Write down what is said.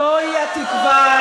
זוהי התקווה,